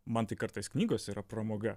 man tai kartais knygos yra pramoga